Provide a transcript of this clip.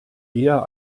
eher